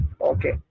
Okay